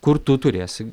kur tu turėsi